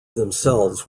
themselves